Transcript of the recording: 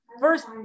first